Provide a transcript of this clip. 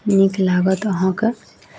नीक लागत अहाँकेँ